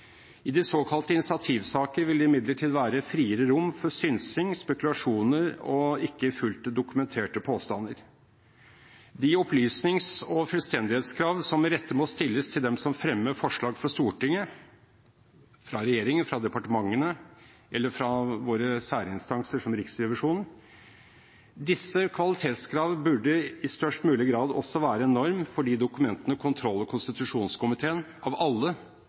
I de såkalte initiativsaker vil det imidlertid være friere rom for synsing, spekulasjoner og ikke fullt dokumenterte påstander. De opplysnings- og fullstendighetskrav som med rette må stilles til dem som fremmer forslag for Stortinget – fra regjeringen, fra departementene eller fra våre særinstanser som Riksrevisjonen – disse kvalitetskrav burde i størst mulig grad også være en norm for de dokumentene kontroll- og konstitusjonskomiteen av alle